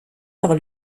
par